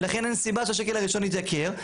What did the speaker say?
ולכן אין סיבה שהשקל הראשון יתייקר.